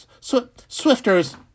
swifters